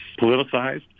politicized